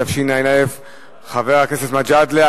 התשע"א 2011. חבר הכנסת מג'אדלה,